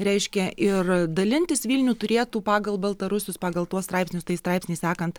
reiškia ir dalintis vilnių turėtų pagal baltarusius pagal tuos straipsnius tai straipsniais sekant